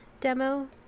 demo